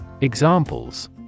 Examples